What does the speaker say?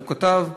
הוא כתב: